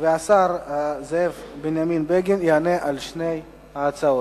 השר זאב בנימין בגין יענה על שתי ההצעות.